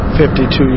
52